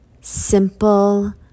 simple